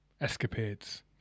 escapades